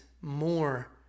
more